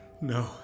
No